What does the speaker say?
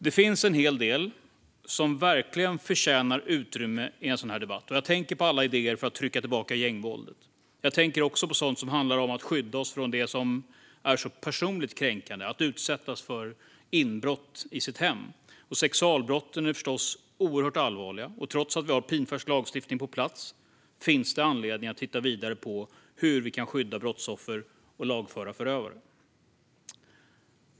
Det finns en hel del som verkligen förtjänar utrymme i en sådan här debatt. Jag tänker på alla idéer för att trycka tillbaka gängvåldet. Jag tänker också på sådant som handlar om att skydda oss från det som är så personligt kränkande: att utsättas för inbrott i sitt hem. Sexualbrotten är förstås oerhört allvarliga, och trots att vi har pinfärsk lagstiftning på plats finns det anledning att titta vidare på hur vi kan skydda brottsoffer och lagföra förövare.